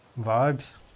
vibes